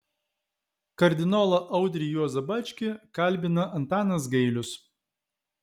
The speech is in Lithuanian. kardinolą audrį juozą bačkį kalbina antanas gailius